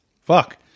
Fuck